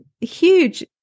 huge